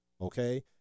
okay